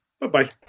bye-bye